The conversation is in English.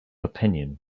opinion